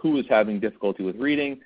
who is having difficulty with reading.